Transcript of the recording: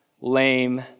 lame